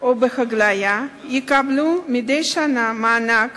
או בהגליה יקבלו מדי שנה מענק